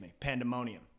Pandemonium